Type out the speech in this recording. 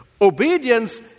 Obedience